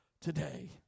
today